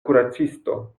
kuracisto